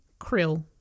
krill